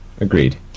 Agreed